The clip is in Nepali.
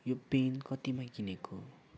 यो पने कतिमा किनेको